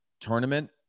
tournament